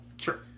Sure